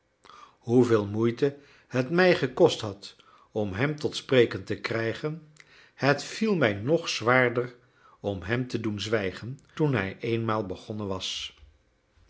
hoeveel moeite het mij gekost had om hem tot spreken te krijgen het viel mij nog zwaarder om hem te doen zwijgen toen hij eenmaal begonnen was